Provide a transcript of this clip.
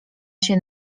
się